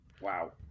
Wow